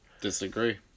Disagree